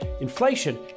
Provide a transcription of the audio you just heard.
inflation